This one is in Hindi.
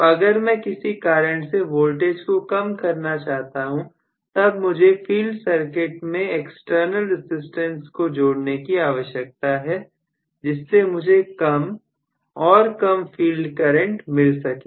तो अगर मैं किसी कारण से वोल्टेज को कम करना चाहता हूं तब मुझे फील्ड सर्किट में एक्सटर्नल रसिस्टेंस को जोड़ने की आवश्यकता है जिससे मुझे कम और कम फील्ड करंट मिल सके